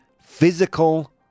physical